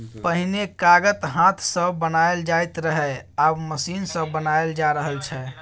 पहिने कागत हाथ सँ बनाएल जाइत रहय आब मशीन सँ बनाएल जा रहल छै